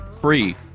free